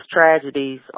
tragedies